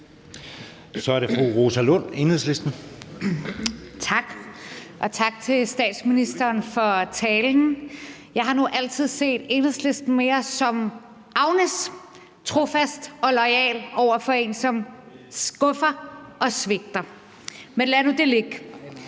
Kl. 01:08 Rosa Lund (EL): Tak, og tak til statsministeren for talen. Jeg har nu altid set Enhedslisten mere som Agnes: trofast og loyal over for en, som skuffer og svigter. Men lad nu det ligge.